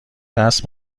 دست